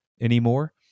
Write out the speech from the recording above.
anymore